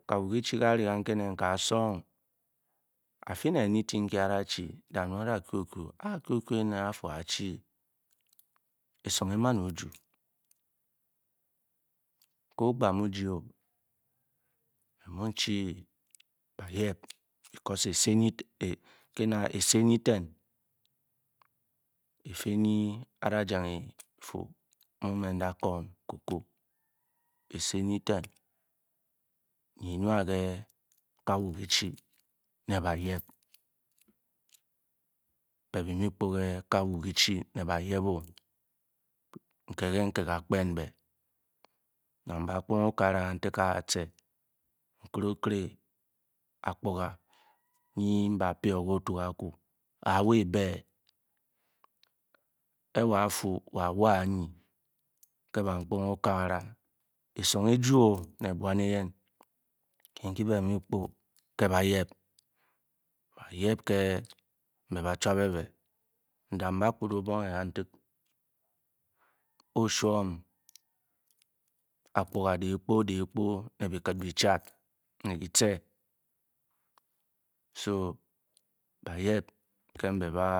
Kawn kichi ke' Ari ka' nké éné nkáá sung. adi né anything uku a' da chi a'fu a'ku' ene áá-chi esung a' man-o ejni. ke' ogbaak mu-ji-o me mu-chi ba yep ke'na eaimnyiten efi nyi a' da' fu mu-da' kwon cocoa esi nyiten énwa ké kawu-kichi né ba'yep bé byi mu-kpu ké kawu-ki chi ne bayép-o nke-ke nké kákpén bé nang ban kpuga okagara kánták ke wo ake nkere-okere akpuga nyi ba' pay o ke otugaku a' wa' be. ke wo a'fu a wa anyi ke bankpunge okagara esung ejit na bwan éyén nkyi. ké bé bi mu-kpu ke' bay ep-n'dam' bakut kantak o'ferw o chwon akpuga di'kpu-dikpu né biker be byichat ne kyiket so ba'yep ke be ba